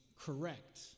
correct